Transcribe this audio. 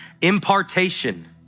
impartation